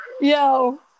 Yo